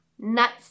Nuts